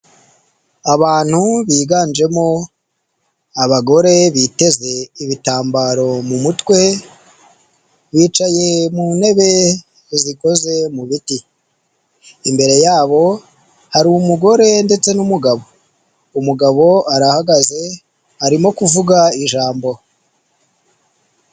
Abantu biganjemo abagore biteze ibitambaro mu mutwe, bicaye mu ntebe zikoze mu biti, imbere yabo hari umugore ndetse n'umugabo, umugabo arahagaze arimo kuvuga ijambo.